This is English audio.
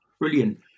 brilliant